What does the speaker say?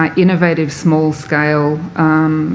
um innovative small-scale